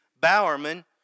Bowerman